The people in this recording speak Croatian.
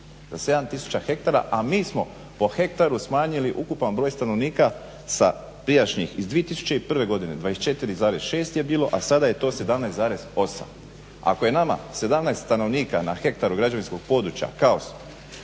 za 7 tisuća hektara a mi smo po hektaru smanjili ukupan broj stanovnika sa prijašnji, iz 2001. 24,6 je bilo, a sada je to 17,8. Ako je nama 17 na hektaru građevinskog područja kaos